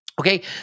Okay